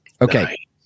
Okay